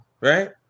right